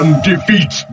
DEFEAT